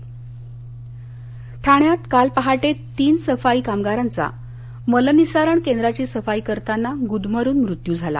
सफाई कामगार ठाण्यात काल पहाटे तीन सफाई कामगारांचा मलनिःसारण केंद्राची सफाई करताना गुदमरून मृत्यू झाला